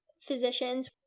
Physicians